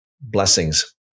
blessings